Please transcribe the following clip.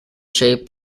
shape